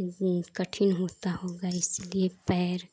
वो कठिन होता होगा ये पैर